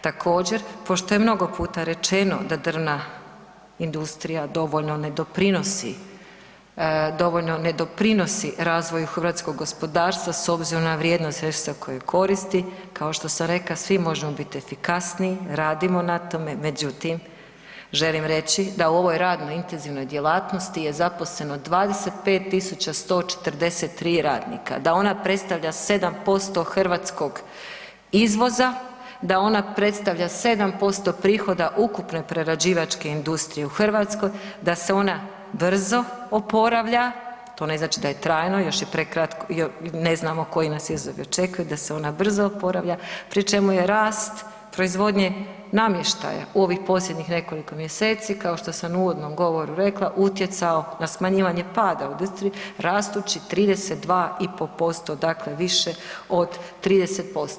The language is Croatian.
Također, pošto je mnogo puta rečeno da drvna industrija dovoljno ne doprinosi, dovoljno ne doprinosi razvoju hrvatskog gospodarstva s obzirom na vrijednost sredstava koje koristi, kao što sam rekla, svi možemo bit efikasniji, radimo na tome, međutim želim reći da u ovoj radno intenzivnoj djelatnosti je zaposleno 25143 radnika, da ona predstavlja 7% hrvatskog izvoza, da ona predstavlja 7% prihoda ukupne prerađivačke industrije u Hrvatskoj, da se ona brzo oporavlja, to ne znači da je trajno, još je prekratko, ne znamo koji nas izazovi očekuju, da se ona brzo oporavlja, pri čemu je rast proizvodnje namještaja u ovih posljednjih nekoliko mjeseci, kao što sam u uvodnom govoru rekla, utjecao na smanjivanje pada u industriji rastući 32,5%, dakle više od 30%